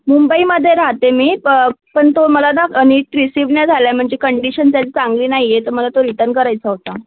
मुंबईमध्ये राहाते मी प पण तो मला ना नीट रिसीव नाही झाला आहे म्हणजे कंडिशन त्याची चांगली नाही आहे तर मला तो रिटन करायचा होता